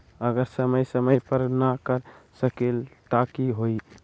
अगर समय समय पर न कर सकील त कि हुई?